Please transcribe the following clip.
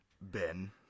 ben